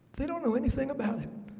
they don't know anything about it.